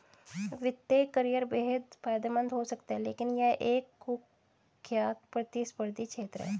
वित्तीय करियर बेहद फायदेमंद हो सकता है लेकिन यह एक कुख्यात प्रतिस्पर्धी क्षेत्र है